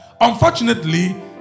Unfortunately